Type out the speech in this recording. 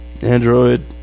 Android